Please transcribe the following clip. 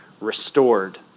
restored